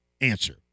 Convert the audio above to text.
answer